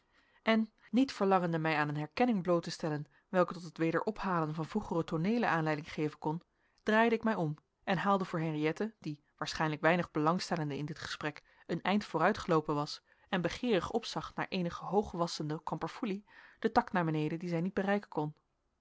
en niet verlangende mij aan een herkenning bloot te stellen welke tot het weder ophalen van vroegere tooneelen aanleiding geven kon draaide ik mij om en haalde voor henriëtte die waarschijnlijk weinig belang stellende in dit gesprek een eind vooruitgeloopen was en begeerig opzag naar eenige hoogwassende kamperfoelie den tak naar beneden dien zij niet bereiken kon